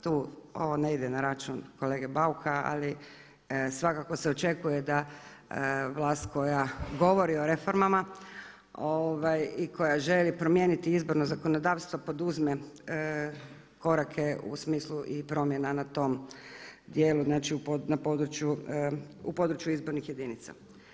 Tu ovo ne ide na račun kolege Bauka, ali svakako se očekuje da vlast koja govori o reformama i koja želi promijeniti izborno zakonodavstvo poduzme korake u smislu i promjena na tom dijelu, znači u području izbornih jedinica.